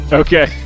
okay